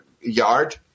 yard